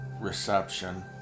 reception